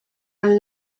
are